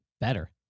better